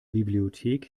bibliothek